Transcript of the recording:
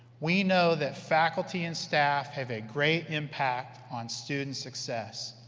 we know that faculty and staff have a great impact on student success,